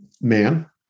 man